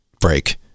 break